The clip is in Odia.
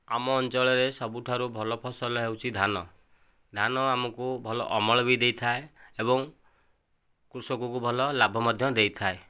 ଆମ ଅଞ୍ଚଳରେ ସବୁଠାରୁ ଭଲ ଫସଲ ହେଉଛି ଧାନ ଧାନ ଆମକୁ ଭଲ ଅମଳ ବି ଦେଇଥାଏ ଏବଂ କୃଷକକୁ ଭଲ ଲାଭ ମଧ୍ୟ ଦେଇଥାଏ